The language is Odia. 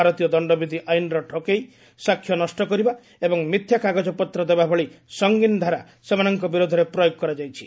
ଭାରତୀୟ ଦଶ୍ଚବିଧ୍ୟ ଆଇନ୍ର ଠକେଇ ସାକ୍ଷ୍ୟ ନଷ୍ଟ କରିବା ଏବଂ ମିଥ୍ୟା କାଗଜପତ୍ର ଦେବା ଭଳି ସଙ୍ଗୀନ ଧାରା ସେମାନଙ୍କ ବିରୋଧରେ ପ୍ରୟୋଗ କରାଯାଇଛି